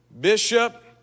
bishop